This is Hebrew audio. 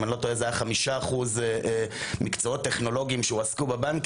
אם אני לא טועה זה היה 5% מקצועות טכנולוגיים שהועסקו בבנקים,